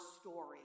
story